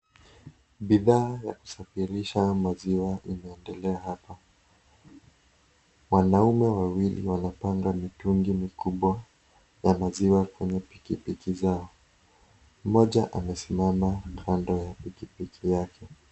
Bidhaa ya kusafirisha maziwa zinaendelea hapa wanaume wawili wanapanga mitungi mikubwa ya maziwa kwenye pikipiki zao, mmoja amesikaka karibu na pikipiki yake.